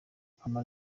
ama